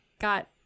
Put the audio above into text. got